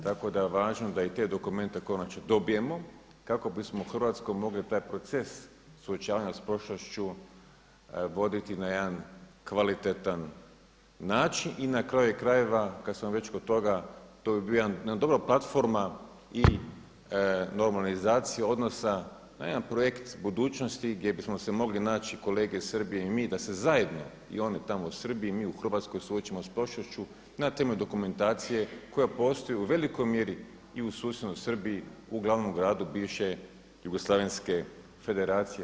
Tako da je važno da i te dokumente konačno dobijemo, kako bismo u Hrvatskoj mogli taj proces suočavanja sa prošlošću voditi na jedan kvalitetan način i na kraju krajeva, kada smo već kod toga, to bi bio jedan, dobra platforma i normalizacija odnosa, jedan projekt budućnosti gdje bismo se mogli naći kolege iz Srbije i mi da se zajedno i oni tamo u Srbiji i mi u Hrvatskoj suočimo sa prošlošću na temu dokumentacije koja postoji u velikoj mjeri i u susjednoj Srbiji, u glavnom gradu bivše jugoslavenske federacije.